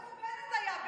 איפה בנט היה?